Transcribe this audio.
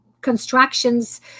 constructions